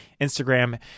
Instagram